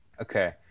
Okay